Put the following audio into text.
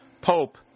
Pope